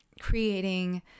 creating